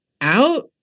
out